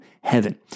heaven